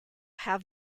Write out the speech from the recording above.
have